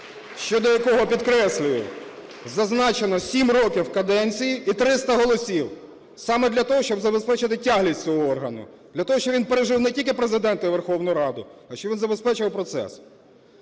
щодо якого, підкреслюю, зазначено 7 років каденції і 300 голосів саме для того, щоб забезпечити тяглість цього органу, для того, щоб він пережив не тільки Президента і Верховну Раду, а щоб він забезпечував процес.